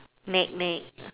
Nick Nick